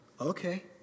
Okay